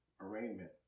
Arraignment